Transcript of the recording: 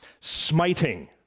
smiting